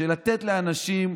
של לתת לאנשים,